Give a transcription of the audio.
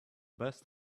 best